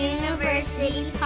University